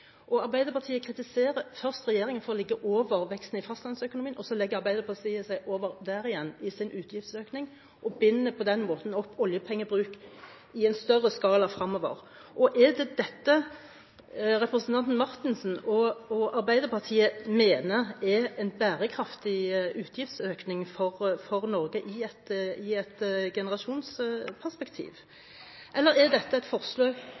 utgiftsveksten. Arbeiderpartiet kritiserer først regjeringen for å ligge over veksten i fastlandsøkonomien, så legger Arbeiderpartiet seg over der igjen i sin utgiftsøkning og binder på den måten opp oljepengebruk i en større skala fremover. Er det dette representanten Marthinsen og Arbeiderpartiet mener er en bærekraftig utgiftsøkning for Norge i et generasjonsperspektiv? Er dette et